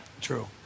True